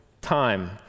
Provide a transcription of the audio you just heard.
time